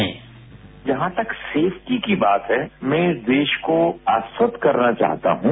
bite जहां तक safety की बात है मैं देश को आश्वस्त करना चाहता हूं